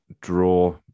draw